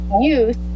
youth